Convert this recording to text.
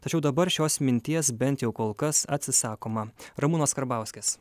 tačiau dabar šios minties bent jau kol kas atsisakoma ramūnas karbauskis